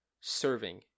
serving